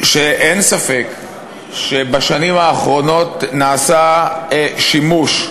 שאין ספק שבשנים האחרונות נעשה שימוש,